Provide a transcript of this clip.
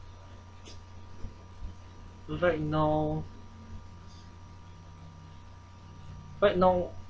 right now right now